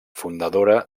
fundadora